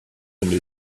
une